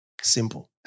Simple